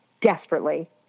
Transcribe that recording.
desperately